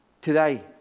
today